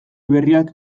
berriak